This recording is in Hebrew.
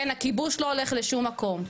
כן הכיבוש לא הולך לשום מקום,